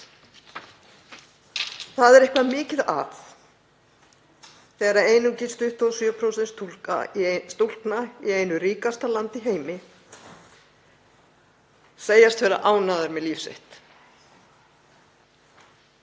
Það er eitthvað mikið að þegar einungis 27% stúlkna í einu ríkasta landi í heimi segjast vera ánægðar með líf sitt.